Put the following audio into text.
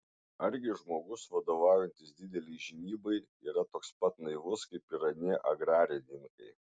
argi žmogus vadovaujantis didelei žinybai yra toks pat naivus kaip ir anie agrarininkai